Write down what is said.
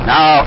Now